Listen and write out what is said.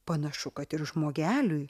panašu kad ir žmogeliui